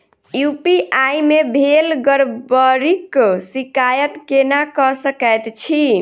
UPI मे भेल गड़बड़ीक शिकायत केना कऽ सकैत छी?